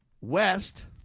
West